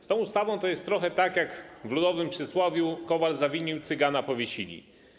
Z tą ustawą jest trochę tak jak w ludowym przysłowiu: kowal zawinił, Cygana powiesili.